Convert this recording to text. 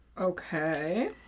Okay